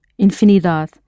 infinidad